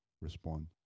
respond